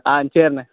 ஆ சரிண்ண